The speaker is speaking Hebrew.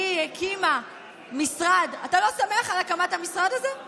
כי היא הקימה משרד, אתה לא שמח על הקמת המשרד הזה?